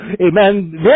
amen